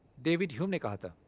david hume, like ah but